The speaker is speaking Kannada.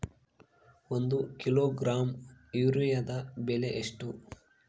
ಒಂದು ಕಿಲೋಗ್ರಾಂ ಯೂರಿಯಾದ ಬೆಲೆ ಎಷ್ಟು?